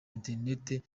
interineti